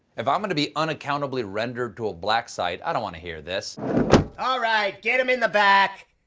if i'm going to be unaccountably rendered to a black-site, i don't want to hear this alright, get him in the back.